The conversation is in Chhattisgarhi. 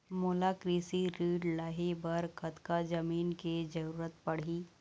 मोला कृषि ऋण लहे बर कतका जमीन के जरूरत पड़ही?